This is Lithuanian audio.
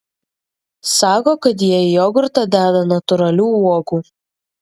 sako kad jie į jogurtą deda natūralių uogų